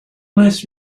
nice